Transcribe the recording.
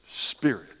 spirit